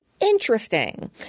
Interesting